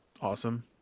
Awesome